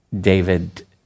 David